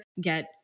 get